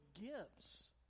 gives